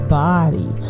body